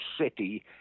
city